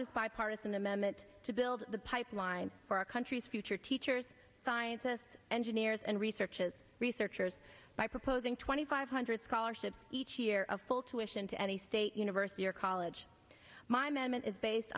this bipartisan amendment to build the pipeline for our country's future teachers scientists engineers and researches researchers by proposing twenty five hundred scholarships each year of full tuition to any state university or college my management is based